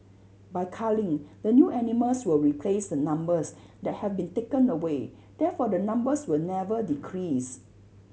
by culling the new animals will replace the numbers that have been taken away therefore the numbers will never decrease